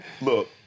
Look